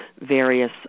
various